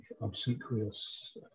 obsequious